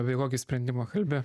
apie kokį sprendimą kalbėjo